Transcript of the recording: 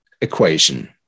equation